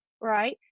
right